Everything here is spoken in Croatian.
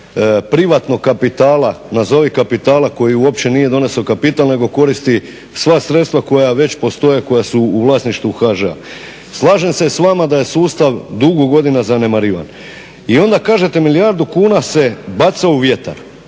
privatnog kapitala, nazovi kapitala koji uopće nije doneso kapital, nego koristi sva sredstva koja već postoje, koja su u vlasništvu HŽ-a. Slažem se sa vama da je sustav dugo godina zanemarivan. I onda kažete milijardu kuna se baca u vjetar.